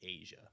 Asia